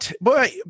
Boy